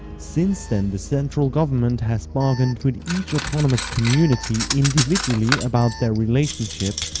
since then, the central government has bargained with each autonomous community individually about their relationship,